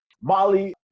molly